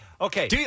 Okay